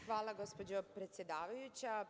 Hvala, gospođo predsedavajuća.